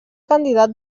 candidat